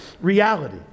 reality